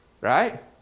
Right